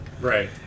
Right